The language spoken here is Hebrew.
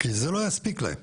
כי זה לא יספיק להם,